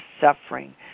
suffering